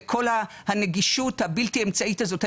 וכל הנגישות הבלתי אמצעית הזאת,